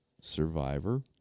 Survivor